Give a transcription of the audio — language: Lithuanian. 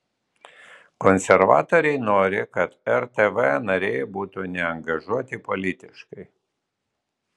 konservatoriai nori kad rtv nariai būtų neangažuoti politiškai